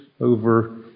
over